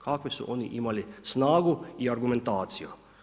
Kakvu su oni imali snagu i argumentaciju?